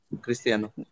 Cristiano